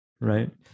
right